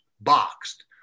boxed